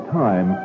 time